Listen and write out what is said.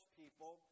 people